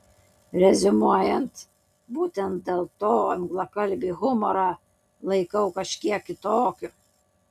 reziumuojant būtent dėl to anglakalbį humorą laikau kažkiek kitokiu